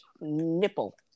nipple